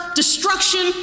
destruction